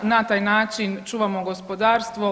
Na taj način čuvamo gospodarstvo.